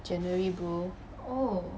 january bro